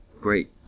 great